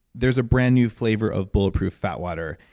there's a brand new flavor of bulletproof fatwater.